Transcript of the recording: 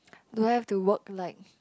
do I have to work like